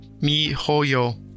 MiHoYo